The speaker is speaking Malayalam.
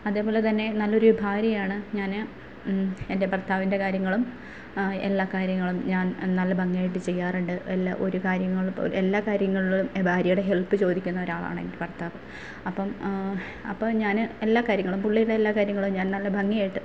അതേ പോലെ തന്നെ നല്ല ഒ ഭാര്യയാണ് ഞാന് എന്റെ ഭര്ത്താവിന്റെ കാര്യങ്ങളും എല്ലാ കാര്യങ്ങളും ഞാന് നല്ല ഭംഗിയായിട്ട് ചെയ്യാറുണ്ട് എല്ലാം ഒരു കാര്യങ്ങൾ പോലും എല്ലാ കാര്യങ്ങളിലും ഭാര്യയുടേ ഹെല്പ് ചോദിക്കുന്ന ഒരാളാണ് എന്റെ ഭര്ത്താവ് അപ്പം അപ്പം ഞാൻ എല്ലാ കാര്യങ്ങളും പുള്ളിയുടെ എല്ലാ കാര്യങ്ങളും ഞാന് നല്ല ഭംഗിയായിട്ട്